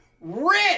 Rich